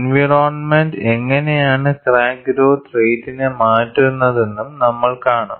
environment എങ്ങനെയാണ് crack growth റേറ്റിനെ മാറ്റുന്നതെന്നും നമ്മൾ കാണും